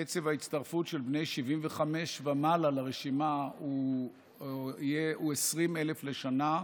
קצב ההצטרפות של בני 75 ומעלה לרשימה הוא 20,000 לשנה.